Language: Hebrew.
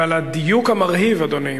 ועל הדיוק המרהיב, אדוני.